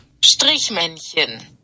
Strichmännchen